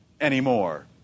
anymore